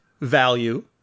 value